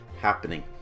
happening